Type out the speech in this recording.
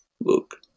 look